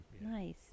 nice